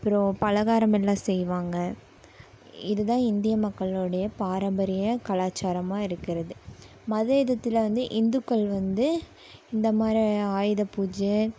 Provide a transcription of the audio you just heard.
அப்புறம் பலகாரம் எல்லாம் செய்வாங்க இது தான் இந்திய மக்களோடய பாரம்பரிய கலாச்சாராமாக இருக்கிறது மத இதுத்துல வந்து இந்துக்கள் வந்து இந்த மாதிரி ஆயுதபூஜை